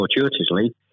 fortuitously